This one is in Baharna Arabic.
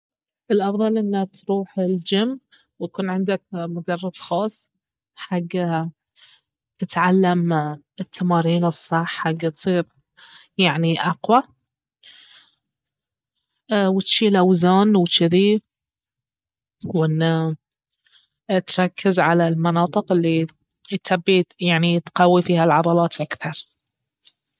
الأفضل انه تروح الجيم ويكون عندك مدرب خاص حق تتعلم التمارين الصح حق تصير يعني اقوى وتشيل اوزان وجذي وانه تركز على المناطق الي تبي يعني تقوي فيها العضلات اكثر